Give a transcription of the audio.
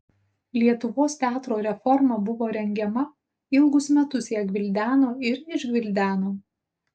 lietuvos teatro reforma buvo rengiama ilgus metus ją gvildeno ir išgvildeno